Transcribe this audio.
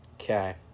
Okay